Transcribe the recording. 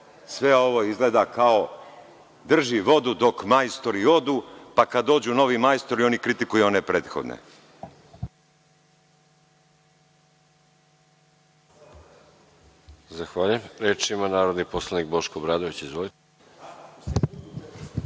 sve ovo izgleda kao drži vodu dok majstori odu, pa kad dođu novi majstori oni kritikuju one prethodne.